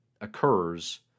occurs